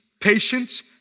patience